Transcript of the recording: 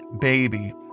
baby